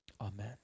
Amen